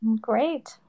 Great